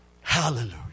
Hallelujah